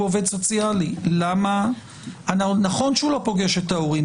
עובד סוציאלי נכון שהוא לא פוגש את ההורים,